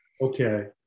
okay